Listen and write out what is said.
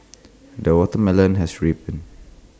the watermelon has ripened